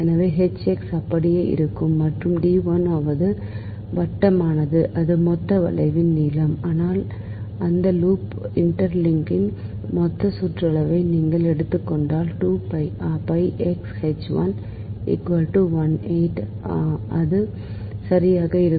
எனவே H x அப்படியே இருக்கும் மற்றும் d l இது வட்டமானது இது மொத்த வளைவின் நீளம் ஆனால் அந்த லூப் இன்டெக்ரலின் மொத்த சுற்றளவை நீங்கள் எடுத்துக் கொண்டால் அது சரியாக இருக்கும்